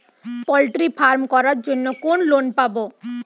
Poultry farm করার জন্য কোন লোন পাব?